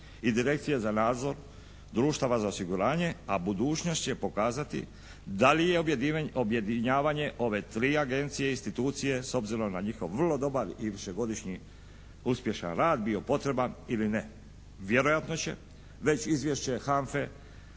i direkcije za nadzor društava za osiguranje, a budućnost će pokazati da li je objedinjavanje ove tri agencije, institucije s obzirom na njihov vrlo dobar i višegodišnji uspješan rad bio potreban ili ne. Vjerojatno će već izvješće HANFA-e